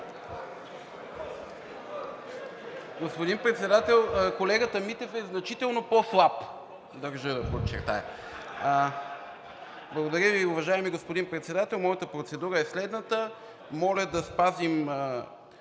Господин Председател, колегата Митев е значително по-слаб, държа да подчертая. (Смях.) Благодаря Ви, уважаеми господин Председател. Моята процедура е следната: моля да спазим,